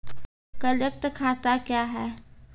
Current खाता क्या हैं?